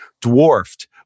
dwarfed